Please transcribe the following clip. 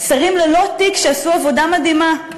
שרים ללא תיק שעשו עבודה מדהימה.